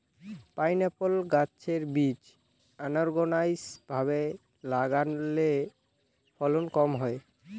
pineapple গাছের বীজ unorganised ভাবে লাগালে ফলন কম হয়